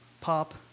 pop